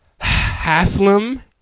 Haslam